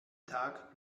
tag